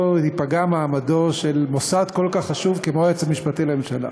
ייפגע מעמדו של מוסד כל כך חשוב כמו היועץ המשפטי לממשלה.